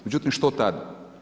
Međutim, što tad?